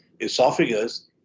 esophagus